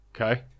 Okay